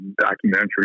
documentary